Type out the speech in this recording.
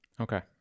Okay